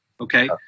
okay